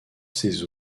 ses